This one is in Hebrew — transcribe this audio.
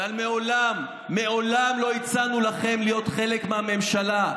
אבל מעולם מעולם לא הצענו לכם להיות חלק מהממשלה.